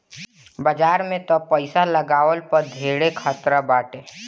बाजार में तअ पईसा लगवला पअ धेरे खतरा बाटे